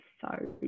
Sorry